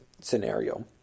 scenario